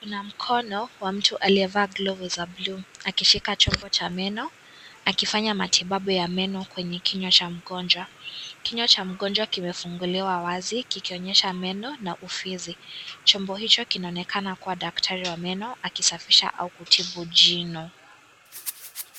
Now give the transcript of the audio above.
Kuna mkono wa mtu aliyevaa glovu za bluu akishika chombo cha meno akifanya matibabu ya meno kwenye kinywa cha mgonjwa. Kinywa cha mgonjwa kimefunguliwa wazi kikionyesha meno na uvizi. Chombo hicho kinaonekana kuwa daktari wa meno akisafisha au kutibu jino.